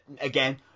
Again